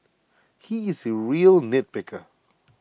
he is A real nitpicker